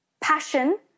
Passion